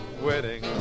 wedding